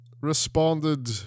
responded